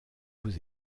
aux